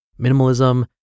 minimalism